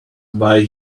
while